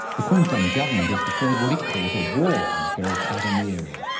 the queensland government has declared what it calls a war on the feral cat in the area.